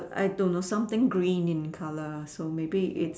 I don't know something green in colour so maybe it's